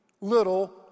little